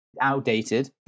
outdated